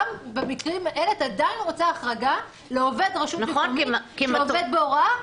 גם במקרים האלה את עדיין רוצה החרגה לעובד רשות מקומית שעובד בהוראה?